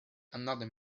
another